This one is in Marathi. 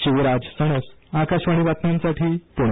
शिवराज सणस आकाशवाणी बातम्यांसाठी पुणे